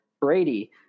Brady